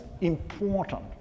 important